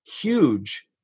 huge